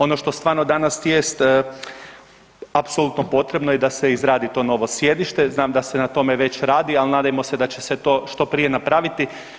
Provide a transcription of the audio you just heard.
Ono što stvarno danas jest apsolutno potrebno je da se izradi to novo sjedište, znam da se na tome već radi, ali nadajmo se da će se to što prije napraviti.